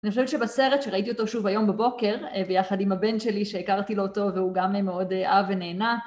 אני חושבת שבסרט שראיתי אותו שוב היום בבוקר, ביחד עם הבן שלי שהכרתי לו אותו והוא גם מאוד אהב ונהנה.